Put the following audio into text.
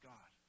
God